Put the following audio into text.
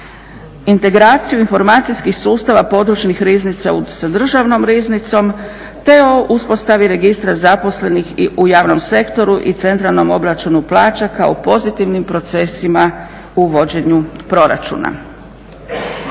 integraciju informacijskih sustava područnih riznica sa Državnom riznicom te o uspostavi Registra zaposlenih u javnom sektoru i centralnom obračunu plaća kao pozitivnim procesima u vođenju proračuna.